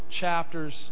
chapters